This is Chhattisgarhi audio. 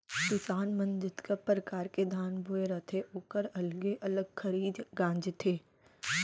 किसान मन जतका परकार के धान बोए रथें ओकर अलगे अलग खरही गॉंजथें